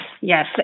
Yes